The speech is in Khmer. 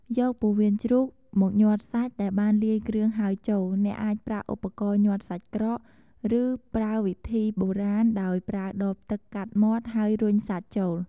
យកពោះវៀនជ្រូកមកញាត់សាច់ដែលបានលាយគ្រឿងហើយចូល អ្នកអាចប្រើឧបករណ៍ញាត់សាច់ក្រក ឬប្រើវិធីបុរាណដោយប្រើដបទឹកកាត់មាត់ ហើយរុញសាច់ចូល។